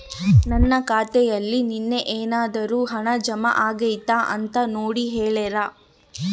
ನನ್ನ ಖಾತೆಯಲ್ಲಿ ನಿನ್ನೆ ಏನಾದರೂ ಹಣ ಜಮಾ ಆಗೈತಾ ಅಂತ ನೋಡಿ ಹೇಳ್ತೇರಾ?